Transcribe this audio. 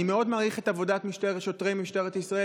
אני מאוד מעריך את עבודת שוטרי משטרת ישראל,